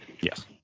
Yes